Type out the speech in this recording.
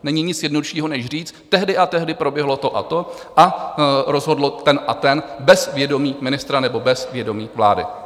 Není nic jednoduššího než říct: Tehdy a tehdy proběhlo to a to a rozhodl ten a ten bez vědomí ministra nebo bez vědomí vlády.